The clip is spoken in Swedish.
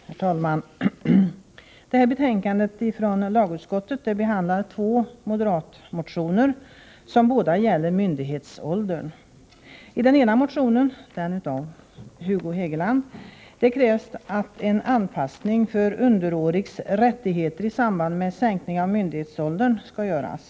Herr talman! I det här betänkandet från lagutskottet behandlas två moderatmotioner, som båda gäller myndighetsålder. I den ena motionen — den av Hugo Hegeland-— krävs att en anpassning skall göras av åldersgränsen för underårigs rättigheter till den sänkning av myndighetsåldern som skett.